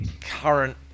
current